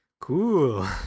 Cool